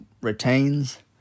retains